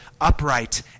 upright